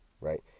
right